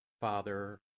Father